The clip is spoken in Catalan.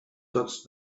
tots